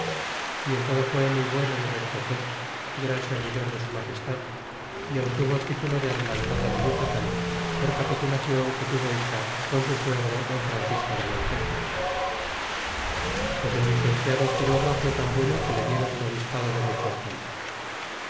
y en todo fe muy bueno y recto juez y gran servidor de su magestad y aun tumuy buena pues el presidente don sebastian yo titulo de adelantado de yucatan por capitulacion que tuvo hecha con su suegro don francisco de montejo pues el licenciado quiroga fué tan bueno que le diéron el obispado de mechoacan